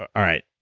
all right,